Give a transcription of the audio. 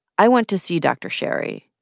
i went to see dr. sherry.